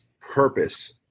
purpose